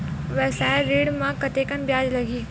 व्यवसाय ऋण म कतेकन ब्याज लगही?